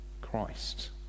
Christ